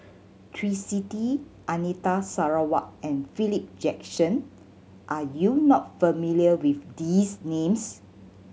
Twisstii Anita Sarawak and Philip Jackson are you not familiar with these names